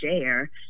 share